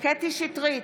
קטי קטרין שטרית,